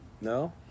No